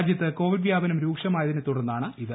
രാജ്യത്ത് കോവിഡ് വ്യാപനം രൂക്ഷമായതിനെ തുടർന്നാണ് ഇത്